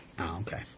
okay